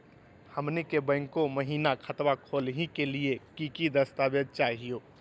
हमनी के बैंको महिना खतवा खोलही के लिए कि कि दस्तावेज चाहीयो?